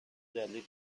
دلیل